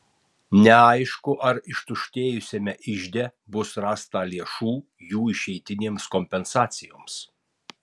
neaišku ar ištuštėjusiame ižde bus rasta lėšų jų išeitinėms kompensacijoms